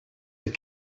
that